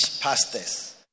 pastors